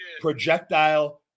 projectile